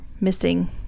missing